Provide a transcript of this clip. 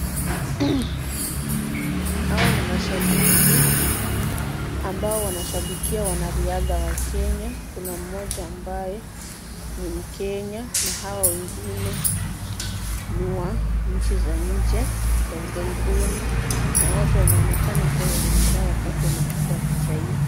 Hawa ni mashabiki, ambao wanashabikia wanariadha wa Kenya. Kuna mmoja ambaye ni Mkenya na hawa wengine ni wa nchi za nje, za ughaibuni, na wote wana onekana kuwa wenye furaha wakati wanachukua picha hio.